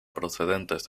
procedentes